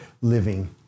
living